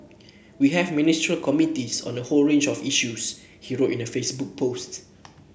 we have Ministerial Committees on a whole range of issues he wrote in a Facebook post